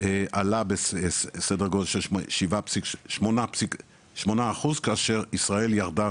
עלה בסדר גודל של 8% כאשר ישראל ירדה